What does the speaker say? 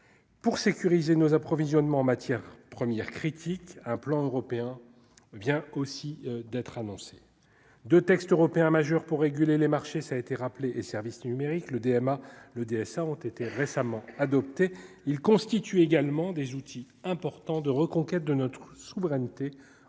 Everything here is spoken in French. Pour sécuriser nos approvisionnements en matières premières critiques un plan européen vient aussi d'être annoncée de textes européens majeurs pour réguler les marchés, ça été rappelé et services numériques le DMA et le DSA ont été récemment adopté, il constitue également des outils importants de reconquête de notre souveraineté en